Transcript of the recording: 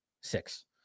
six